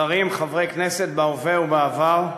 שרים, חברי הכנסת בהווה ובעבר,